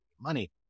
money